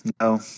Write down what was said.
no